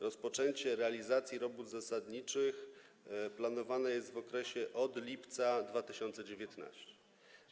Rozpoczęcie realizacji robót zasadniczych planowane jest od lipca 2019 r.